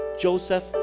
Joseph